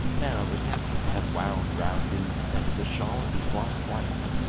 now the captain had wound round his neck the shawl of his lost wife,